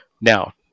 Now